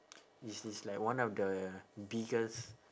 it's it's like one of the biggest